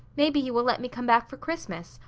maybe he will let me come back for christmas,